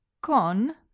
Con